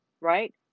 right